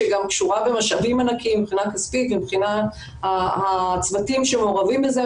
שגם קשורה במשאבים ענקיים מבחינה כספית ומבחינת הצוותים שמעורבים בזה,